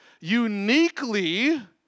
uniquely